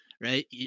right